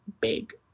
big